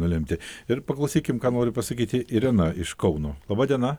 nulemti ir paklausykim ką nori pasakyti irena iš kauno laba diena